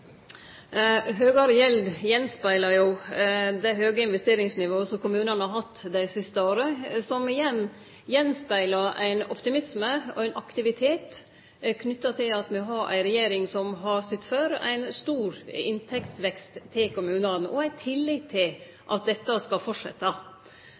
Høgare gjeld speglar jo av det høge investeringsnivået som kommunane har hatt dei siste åra, som igjen speglar av ein optimisme og ein aktivitet knytt til at me har ei regjering som har sytt for ein stor inntektsvekst til kommunane, og som har tillit